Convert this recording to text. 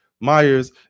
Myers